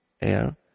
air